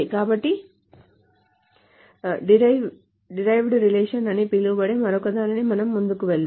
కాబట్టి derived relations అని పిలవబడే మరొకదానికి మనం ముందుకు వెళ్దాం